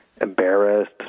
embarrassed